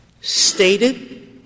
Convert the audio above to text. stated